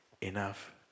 enough